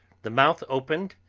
the mouth opened,